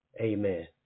Amen